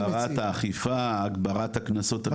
הגברת אכיפה, הגברת הקנסות.